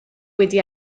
wedi